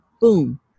boom